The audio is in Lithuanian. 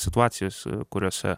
situacijas kuriose